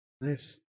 Nice